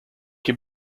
can